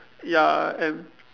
ya and